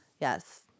Yes